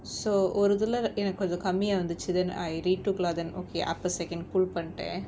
so ஒரு இதுல எனக்கு கொஞ்சம் கம்மியா இருந்துச்சி:oru ithula enakku konjam kammiyaa irunthuchi then I retook lah the okay upper second croop பண்ணிடேன்:pannittaen